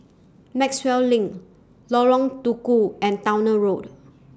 Maxwell LINK Lorong Tukol and Towner Road